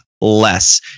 less